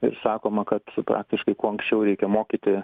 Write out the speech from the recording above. ir sakoma kad su praktiškai kuo anksčiau reikia mokyti